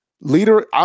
Leader